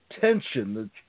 tension